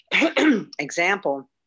example